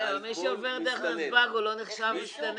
אבל מי שעובר דרך נתב"ג לא נחשב מסתנן.